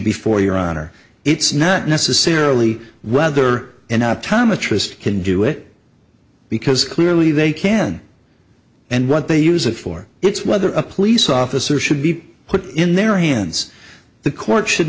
before your honor it's not necessarily whether and not tama trist can do it because clearly they can and what they use it for it's whether a police officer should be put in their hands the court should